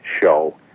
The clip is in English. show